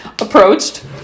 approached